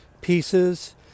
pieces